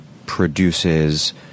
produces